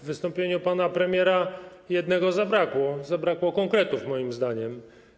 W wystąpieniu pana premiera jednego zabrakło, zabrakło konkretów moim zdaniem.